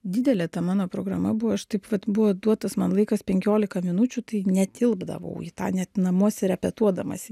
didelė ta mano programa buvo aš taip vat buvo duotas man laikas penkiolika minučių tai netilpdavau į tą net namuose repetuodamasi